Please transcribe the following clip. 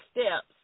steps